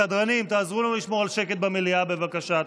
סדרנים, תעזרו לנו לשמור על שקט במליאה, בבקשה.